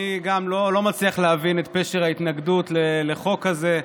גם אני לא מצליח להבין את פשר ההתנגדות לחוק הזה.